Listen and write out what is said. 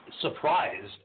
surprised